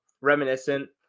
reminiscent